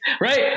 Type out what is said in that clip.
Right